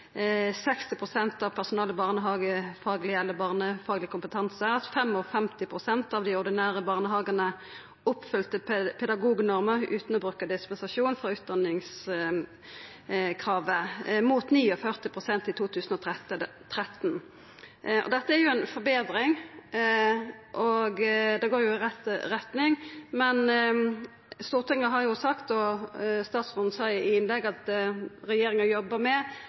av personalet i barnehagane barnefagleg kompetanse, og at 55 pst. av dei ordinære barnehagane oppfylte pedagognorma utan å bruka dispensasjon frå kravet til utdanning, mot 49 pst. i 2013. Dette er jo ei forbetring, det går i rett retning, men Stortinget har sagt at dei vil ha ei bemanningsnorm, og statsråden sa i innlegget at regjeringa jobbar med